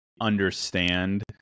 understand